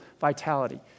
vitality